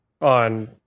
on